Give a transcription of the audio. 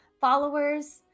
followers